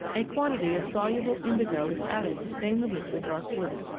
a quantity of soluble indigo is added to stain the liquid dark blue.